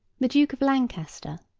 the duke of lancaster,